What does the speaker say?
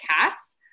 cats